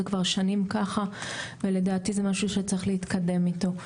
זה כבר שנים ככה ולדעתי זה משהו שצריך להתקדם איתו.